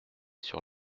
sur